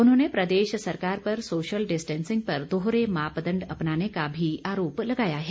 उन्होंने प्रदेश सरकार पर सोशल डिस्टैंसिंग पर दोहरे मापदण्ड अपनाने का भी आरोप लगाया है